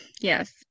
Yes